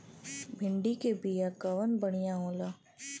भिंडी के बिया कवन बढ़ियां होला?